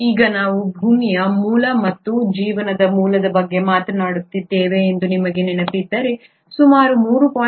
ಈಗ ನಾವು ಭೂಮಿಯ ಮೂಲ ಮತ್ತು ಜೀವನದ ಮೂಲದ ಬಗ್ಗೆ ಮಾತನಾಡುತ್ತಿದ್ದೇವೆ ಎಂದು ನಿಮಗೆ ನೆನಪಿದ್ದರೆ ಸುಮಾರು 3